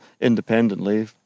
independently